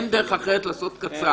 אין דרך אחרת לעשות קצר.